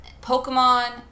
Pokemon